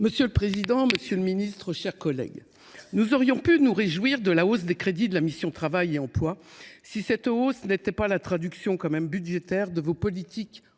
Monsieur le président, monsieur le ministre, mes chers collègues, nous aurions pu nous réjouir de la hausse des crédits de la mission « Travail et emploi » si celle ci n’était pas la traduction budgétaire des politiques antisociales